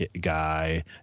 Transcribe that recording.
guy